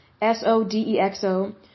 S-O-D-E-X-O